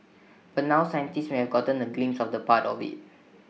but now scientists may have gotten A glimpse of part of IT